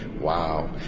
wow